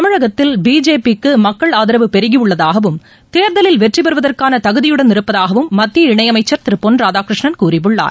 தமிழகத்தில் பிஜேபிக்குமக்கள் பெருகியுள்ளதாகவும் ஆதரவு தேர்தலில் வெற்றிபெறுவதற்கானதகுதியுடன் இருப்பதாகவும் மத்திய இணைஅமைச்சர் திருபொன் ராதாகிருஷ்ணன் கூறியுள்ளார்